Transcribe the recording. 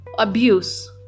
abuse